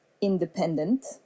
independent